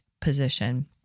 position